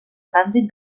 trànsit